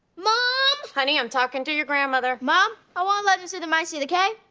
mom! honey, i'm talking to your grandmother. mom, i wanna let him sit in my seat, ok?